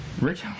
Rich